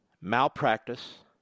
malpractice